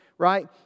Right